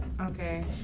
Okay